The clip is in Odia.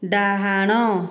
ଡାହାଣ